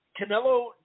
Canelo